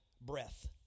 breath